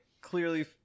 clearly